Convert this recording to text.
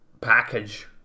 package